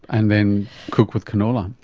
and then cook with canola.